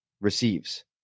receives